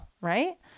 right